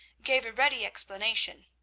gave a ready explanation.